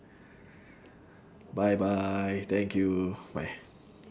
bye bye thank you bye